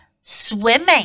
swimming